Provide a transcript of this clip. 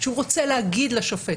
שהוא רוצה להגיד לשופט.